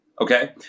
okay